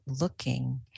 looking